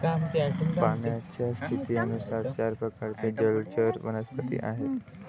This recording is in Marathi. पाण्याच्या स्थितीनुसार चार प्रकारचे जलचर वनस्पती आहेत